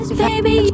baby